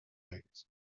aires